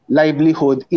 livelihood